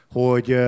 hogy